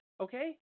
Okay